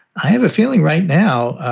i have a feeling right now.